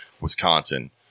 Wisconsin